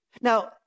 Now